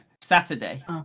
Saturday